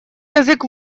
язык